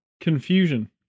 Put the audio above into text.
confusion